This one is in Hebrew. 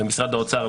ומשרד האוצר,